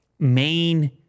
main